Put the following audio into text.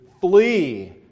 Flee